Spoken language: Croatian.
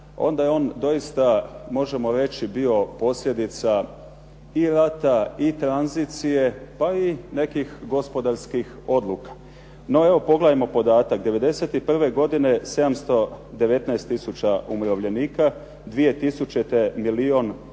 onda je on doista možemo reći bio posljedica i rata, i tranzicije, pa i nekih gospodarskih odluka. No, evo pogledajmo podatak. 1991. godine 719 tisuća umirovljenika, 2000.